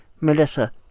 Melissa